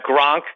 Gronk